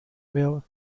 well